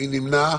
מי נמנע?